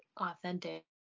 authentic